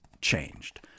changed